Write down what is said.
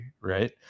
right